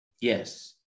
Yes